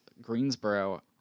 Greensboro –